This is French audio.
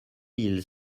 mille